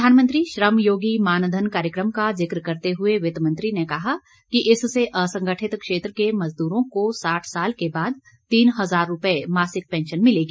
प्रधानमंत्री श्रम योगी मानधन कार्यक्रम का जिक्र करते हुए वित्तमंत्री ने कहा कि इससे असंगठित क्षेत्र के मजदूरों को साठ साल के बाद तीन हजार रुपये मासिक पेंशन मिलेगी